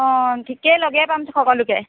অঁ ঠিকেই লগেই পাম সকলোকে